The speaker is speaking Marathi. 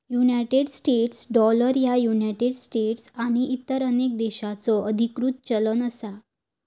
युनायटेड स्टेट्स डॉलर ह्या युनायटेड स्टेट्स आणि इतर अनेक देशांचो अधिकृत चलन असा